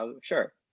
sure